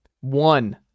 One